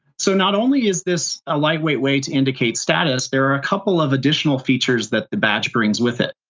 so not only is this a lightweight way to indicate status, there are a couple of additional features that the badge brings with it.